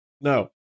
No